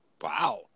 Wow